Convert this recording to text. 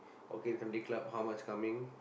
orchid country club how much coming